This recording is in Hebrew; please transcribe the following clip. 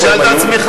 תשאל את עצמך.